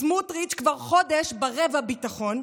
סמוטריץ כבר חודש ברבע ביטחון,